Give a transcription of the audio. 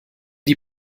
die